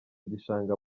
gishanga